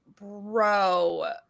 bro